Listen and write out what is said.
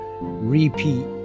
repeat